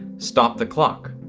stop the clock.